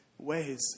ways